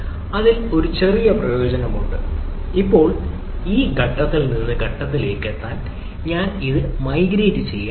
അതിൽ ഒരു ചെറിയ പ്രയോജനം ഉണ്ട് ഇപ്പോൾ ഈ ഘട്ടത്തിൽ നിന്ന് ഈ ഘട്ടത്തിലേക്ക് എത്താൻ ഞാൻ ഇത് മൈഗ്രേറ്റ് ചെയ്യേണ്ടതുണ്ട്